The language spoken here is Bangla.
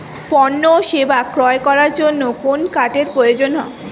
পণ্য ও সেবা ক্রয় করার জন্য কোন কার্ডের প্রয়োজন?